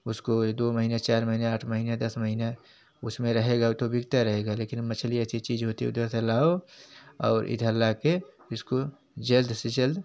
उसको दो महीने चार महीने आठ महीने दस महीना उसमें रहेगा तो बिकता रहेगा लेकिन मछली ऐसी चीज़ होती है उधर से लाओ और इधर ला कर इसको जल्द से जल्द